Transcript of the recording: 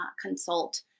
consult